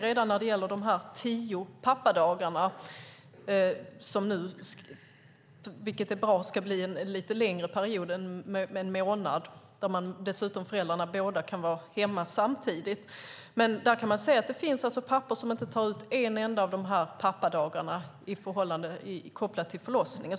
Redan när det gäller de tio pappadagarna - som ska bli en längre period om en månad då båda föräldrarna kan vara hemma samtidigt, vilket är bra - kan man se att det finns pappor som inte tar ut en enda pappadag i samband med förlossningen.